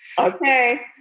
Okay